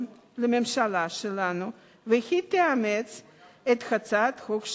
לממשלה שלנו והיא תאמץ את הצעת החוק שלי.